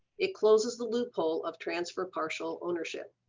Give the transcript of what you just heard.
it closes the loophole of transfer partial ownership.